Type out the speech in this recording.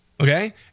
okay